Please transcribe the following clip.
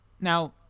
Now